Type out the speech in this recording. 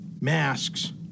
Masks